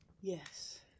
Yes